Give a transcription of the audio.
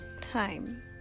time